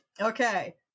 Okay